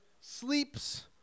sleeps